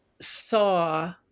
saw